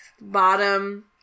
bottom